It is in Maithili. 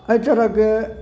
एहि तरहके